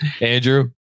Andrew